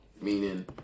Meaning